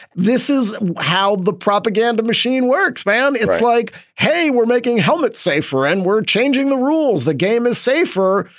this is how the propaganda machine works. man, it's like, hey, we're making helmets safer and we're changing the rules. the game is safer.